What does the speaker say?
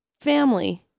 family